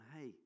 hey